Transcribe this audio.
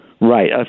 Right